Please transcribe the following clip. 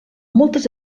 moltes